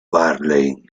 marley